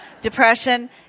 depression